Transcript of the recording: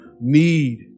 need